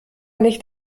nicht